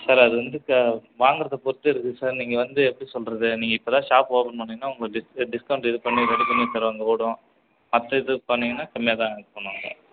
sir அது வந்து இப்போ வாங்குறதை பொறுத்து இருக்கு சார் நீங்கள் வந்து எப்படி சொல்கிறது நீங்கள் இப்போ தான் ஷாப் ஓப்பன் பண்ணுறிங்கன்னா உங்களுக்கு டிஸ்கவுண்ட் இது பண்ணி ரெடி பண்ணி தருவாங்க ஓடும் மற்ற இது பண்ணிங்கன்னா கம்மியாக தான் இது பண்ணுவாங்க